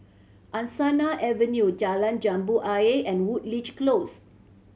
Angsana Avenue Jalan Jambu Ayer and Woodleigh Close